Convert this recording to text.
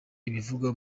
ibivugwa